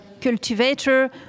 cultivator